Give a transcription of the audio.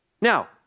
Now